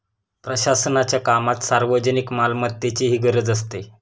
प्रशासनाच्या कामात सार्वजनिक मालमत्तेचीही गरज असते